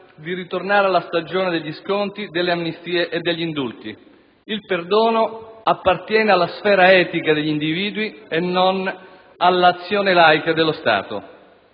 di ritornare alla stagione degli sconti, delle amnistie e degli indulti. Il perdono appartiene alla sfera etica degli individui, non all'azione laica dello Stato.